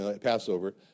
Passover